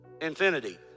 infinity